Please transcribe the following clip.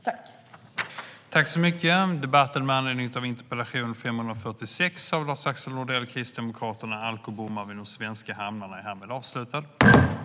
Förste vice talmannen konstaterade att interpellanten inte var närvarande i kammaren och förklarade överläggningen avslutad.